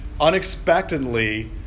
unexpectedly